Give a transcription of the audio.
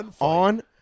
on